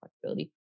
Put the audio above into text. flexibility